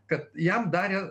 kad jam darė